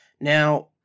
Now